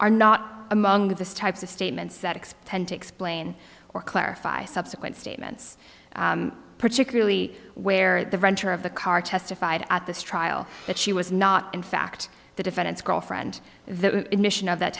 are not among the types of statements that extend to explain or clarify subsequent statements particularly where the renter of the car testified at this trial that she was not in fact the defendant's girlfriend that admission of that